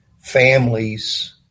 families